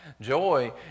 Joy